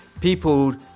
people